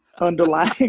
underlying